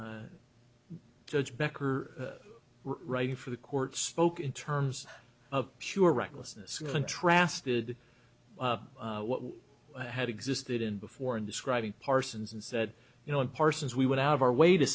the judge becker writing for the court spoke in terms of pure recklessness contrasted what had existed in before in describing parsons and said you know in parsons we went out of our way to